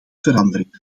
verandering